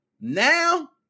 Now